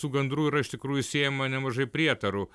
su gandru yra iš tikrųjų siejama nemažai prietarų